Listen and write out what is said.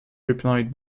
replied